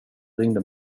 ringde